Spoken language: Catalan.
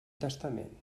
testament